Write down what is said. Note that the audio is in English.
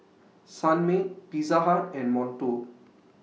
Sunmaid Pizza Hut and Monto